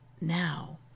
now